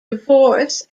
divorce